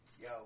yo